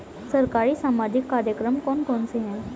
सरकारी सामाजिक कार्यक्रम कौन कौन से हैं?